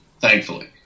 thankfully